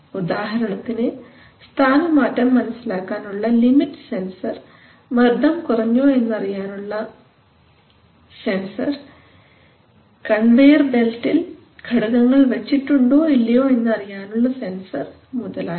ഉദാഹരണത്തിന് സ്ഥാനമാറ്റം മനസ്സിലാക്കാനുള്ള ലിമിറ്റ് സെൻസർ മർദ്ദം കുറഞ്ഞോ എന്നറിയാനുള്ള സെൻസർ കൺവെയർ ബെൽറ്റിൽ ഘടകങ്ങൾ വച്ചിട്ടുണ്ടോ ഇല്ലയോ എന്ന് അറിയാനുള്ള സെൻസർ മുതലായവ